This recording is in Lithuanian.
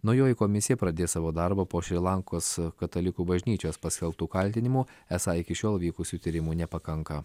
naujoji komisija pradės savo darbą po šri lankos katalikų bažnyčios paskelbtų kaltinimų esą iki šiol vykusių tyrimų nepakanka